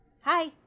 Hi